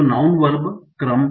तो noun verb क्रम